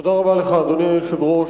תודה רבה לך, אדוני היושב-ראש.